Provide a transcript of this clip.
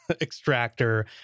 extractor